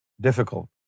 difficult